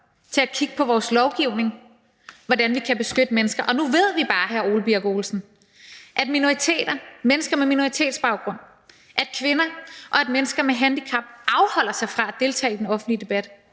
til at kigge på vores lovgivning og se på, hvordan vi kan beskytte mennesker. Og nu ved vi bare, at mennesker med minoritetsbaggrund, kvinder og mennesker med handicap afholder sig fra at deltage i den offentlige debat,